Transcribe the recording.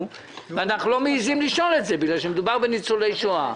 ואנחנו לא מעזים לשאול כי מדובר בניצולי שואה,